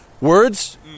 Words